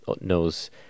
knows